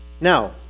Now